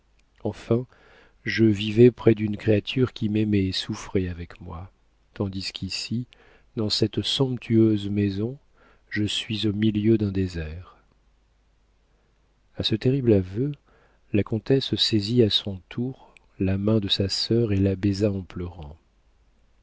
enfin je vivais près d'une créature qui m'aimait et souffrait avec moi tandis qu'ici dans cette somptueuse maison je suis au milieu d'un désert a ce terrible aveu la comtesse saisit à son tour la main de sa sœur et la baisa en pleurant